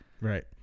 right